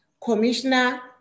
commissioner